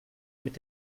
mit